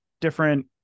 different